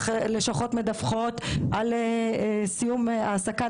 הלשכות מדווחות על סיום העסקה,